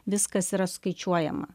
viskas yra skaičiuojama